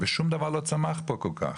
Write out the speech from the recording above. ושום דבר לא צמח פה כל כך.